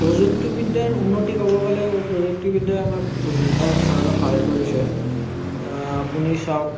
প্ৰযুক্তিবিদ্যাৰ উন্নতি ক'বলৈ গ'লে প্ৰযুক্তিবিদ্যাই আমাক বিভিন্ন ধৰণে সহায় কৰিছে আপুনি চাওক